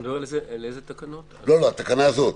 איזה תקנות אתה מדבר?